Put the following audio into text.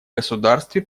государстве